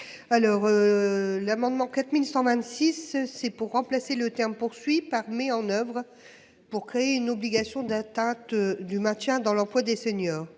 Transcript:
heure. L'amendement 4126 c'est pour remplacer le terme poursuit par mais en oeuvre. Pour créer une obligation d'atteinte du maintien dans l'emploi des seniors.